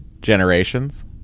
Generations